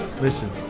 listen